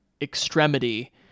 extremity